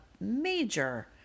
major